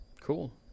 Cool